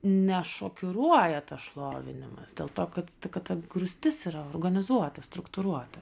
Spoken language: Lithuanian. nešokiruoja tas šlovinimas dėl to kad t kad ta grūstis yra organizuota struktūruota